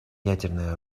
ядерное